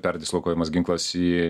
perdislokuojamas ginklas į